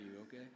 okay